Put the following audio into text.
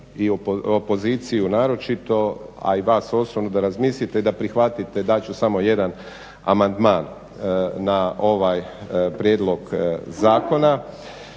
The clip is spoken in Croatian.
i opoziciju naročito, a i vas osobno da razmislite i da prihvatite, dat ću samo jedan amandman na ovaj prijedlog zakona.